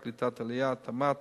קליטת עלייה ותמ"ת